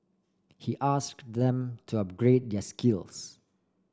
he ask them to upgrade their skills